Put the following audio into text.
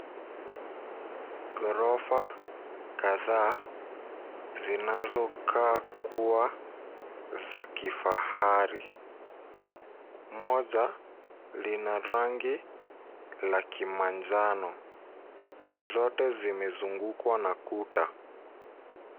Ghorofa kadhaa zinazokaa kuwa za kifahari. Moja lina rangi la kimanjano. Zote zimezungukwa na kuta.